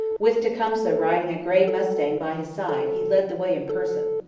with tecumseh riding a grey mustang by his side, he led the way in person.